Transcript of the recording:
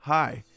Hi